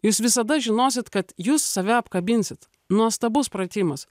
jūs visada žinosit kad jūs save apkabinsit nuostabus pratimas